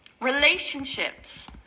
Relationships